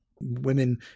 Women